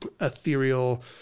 ethereal